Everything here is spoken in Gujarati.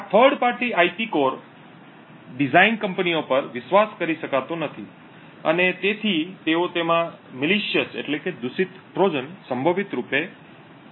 આ third party IP core design કંપનીઓ પર વિશ્વાસ કરી શકાતો નથી અને તેથી તેઓ તેમાં દૂષિત ટ્રોજન સંભવિત રૂપે હાજર કરી શકે છે